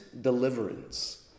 deliverance